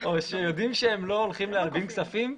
או שיודעים שהם לא הולכים להלבין כספים,